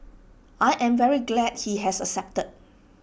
I am very glad he has accepted